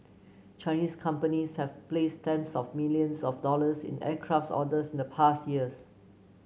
Chinese companies have placed tens of billions of dollars in aircrafts orders in the past years